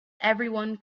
everyone